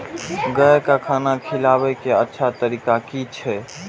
गाय का खाना खिलाबे के अच्छा तरीका की छे?